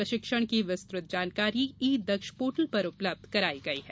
प्रशिक्षण की विस्तृत जानकारी ई दक्ष पोर्टल पर उपलब्ध कराई गई है